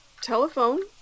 Telephone